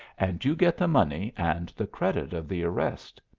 and you get the money and the credit of the arrest.